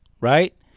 right